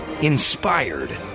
inspired